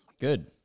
Good